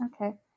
okay